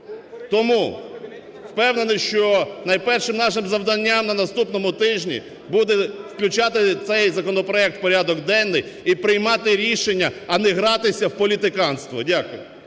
Тому впевнений, що найпершим нашим завданням на наступному тижні буде включати цей законопроект у порядок денний і приймати рішення, а не гратися в політиканство. Дякую.